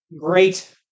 great